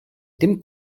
dim